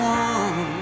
one